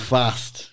Fast